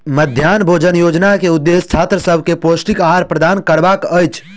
मध्याह्न भोजन योजना के उदेश्य छात्र सभ के पौष्टिक आहार प्रदान करबाक अछि